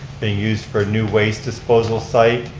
being used for new waste disposal site